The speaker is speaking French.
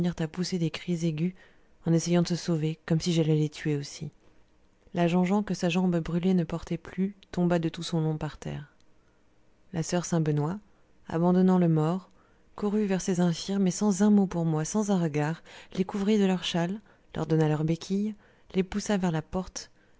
pousser des cris aigus en essayant de se sauver comme si j'allais les tuer aussi la jean jean que sa jambe brûlée ne portait plus tomba tout de son long par terre la soeur saint-benoît abandonnant le mort courut vers ses infirmes et sans un mot pour moi sans un regard les couvrit de leurs châles leur donna leurs béquilles les poussa vers la porte